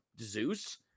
Zeus